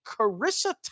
Carissa